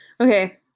Okay